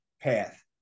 path